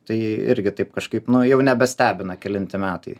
tai irgi taip kažkaip nuo jau nebestebina kelinti metai